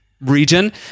region